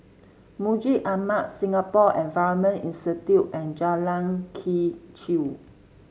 Masjid Ahmad Singapore Environment Institute and Jalan Quee Chew